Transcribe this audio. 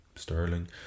Sterling